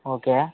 okay